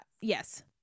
yes